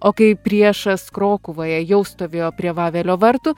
o kai priešas krokuvoje jau stovėjo prie vavelio vartų